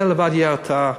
זה לבד יהיה הרתעה.